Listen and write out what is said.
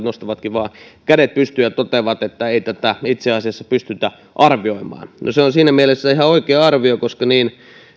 nostavatkin vain kädet pystyyn ja toteavat että ei tätä itse asiassa pystytä arvioimaan se on siinä mielessä ihan oikea arvio koska niin